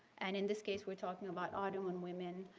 and in this case we're talking about ottoman women,